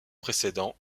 précédent